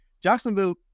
Jacksonville